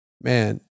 man